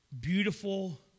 beautiful